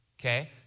Okay